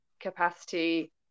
capacity